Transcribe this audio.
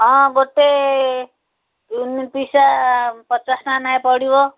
ହଁ ଗୋଟେ ୟୁନିଟ ପିଛା ପଚାଶ ଟଙ୍କା ଲେଖାଏଁ ପଡ଼ିବ